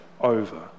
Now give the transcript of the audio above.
over